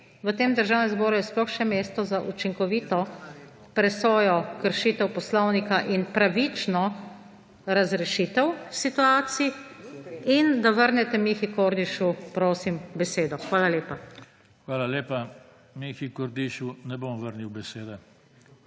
v tem državnem zboru je sploh še mesto za učinkovito presojo kršitev poslovnika in pravično razrešitev situacij, in da vrnete Mihi Kordišu, prosim, besedo. Hvala lepa. **PODPREDSEDNIK JOŽE TANKO:** Hvala lepa. Mihi Kordišu ne bom vrnil besede.